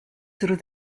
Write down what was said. through